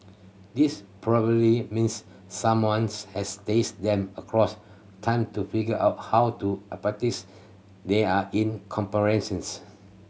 this probably means someones has taste them across time to figure out how to they are in comparisons